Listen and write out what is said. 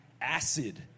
Acid